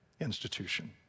institution